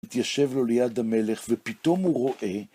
התיישב לו ליד המלך, ופתאום הוא רואה